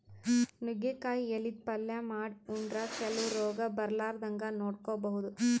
ನುಗ್ಗಿಕಾಯಿ ಎಲಿದ್ ಪಲ್ಯ ಮಾಡ್ ಉಂಡ್ರ ಕೆಲವ್ ರೋಗ್ ಬರಲಾರದಂಗ್ ನೋಡ್ಕೊಬಹುದ್